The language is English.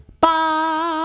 Bye